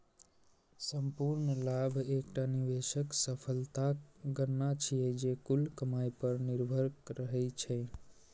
संपूर्ण लाभ एकटा निवेशक सफलताक गणना छियै, जे कुल कमाइ पर निर्भर रहै छै